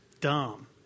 dumb